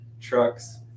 trucks